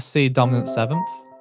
c dominant seventh.